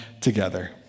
together